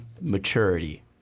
maturity